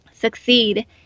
succeed